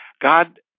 God